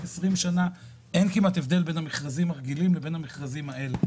20 שנה אין כמעט הבדל בין המכרזים הרגילים לבין המכרזים האלה,